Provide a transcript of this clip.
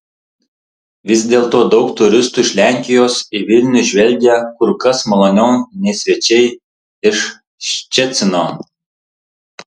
vis dėlto daug turistų iš lenkijos į vilnių žvelgia kur kas maloniau nei svečiai iš ščecino